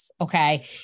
Okay